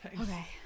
Okay